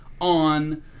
on